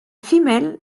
female